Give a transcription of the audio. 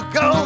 go